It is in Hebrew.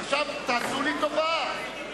עכשיו, תעשו לי טובה.